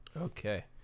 Okay